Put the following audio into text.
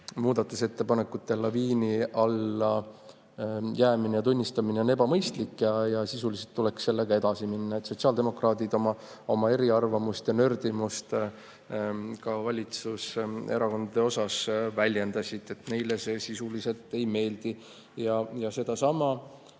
muudatusettepanekute laviini alla jäämine ja nende tunnustamine on ebamõistlik ning selle teemaga tuleks sisuliselt edasi minna. Sotsiaaldemokraadid oma eriarvamust ja nördimust ka valitsuserakondadele väljendasid, et neile see sisuliselt ei meeldi. Sedasama